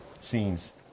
scenes